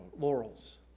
laurels